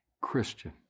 Christian